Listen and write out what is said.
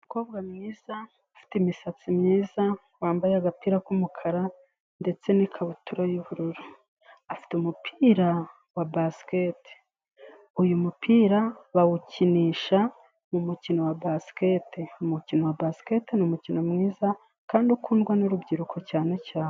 Umukobwa mwiza ufite imisatsi myiza, wambaye agapira k'umukara ndetse n'ikabutura y'ubururu, afite umupira wa basiketi, uyu mupira bawukinisha mu mukino wa basiketi, umukino wa basiketi n'umukino mwiza kandi ukundwa n'urubyiruko cyane cyane.